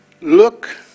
Look